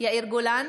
יאיר גולן,